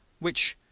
which,